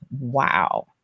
wow